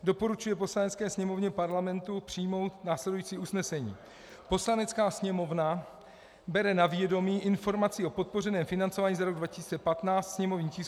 II. doporučuje Poslanecké sněmovně Parlamentu přijmout následující usnesení: Poslanecká sněmovna bere na vědomí Informaci i podpořeném financování za rok 2015, sněmovní tisk 844;